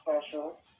special